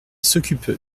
s’occupe